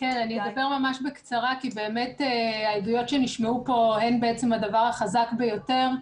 אני אדבר ממש בקצרה כי באמת העדויות שנשמעו פה הן בעצם הדבר החזק ביותר.